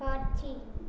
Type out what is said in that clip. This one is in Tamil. காட்சி